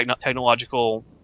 technological